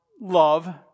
love